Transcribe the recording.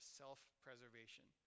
self-preservation